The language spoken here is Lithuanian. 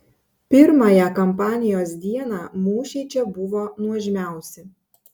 pirmąją kampanijos dieną mūšiai čia buvo nuožmiausi